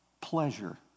pleasure